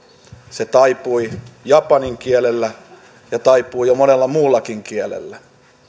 se taipui japanin kielellä ja taipuu jo monella muullakin kielellä